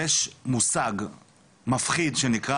יש מושג מפחיד שנקרא,